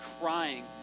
crying